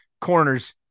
corners